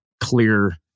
clear